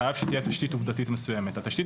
חייב שתהיה תשתית עובדתית מסוימת והתשתית